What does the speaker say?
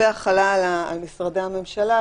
והחלה על משרדי הממשלה,